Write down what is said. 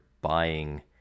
buying